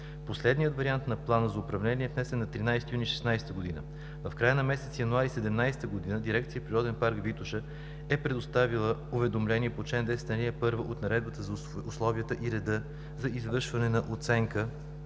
Последният вариант на плана за управление е внесен на 13 юни 2016 г. В края на месец януари 2017 г. дирекция „Природен парк Витоша“ е предоставила уведомление по чл. 10, ал. 1 от Наредбата за условията и реда за извършване на оценка